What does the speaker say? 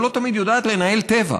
אבל לא תמיד יודעת לנהל טבע.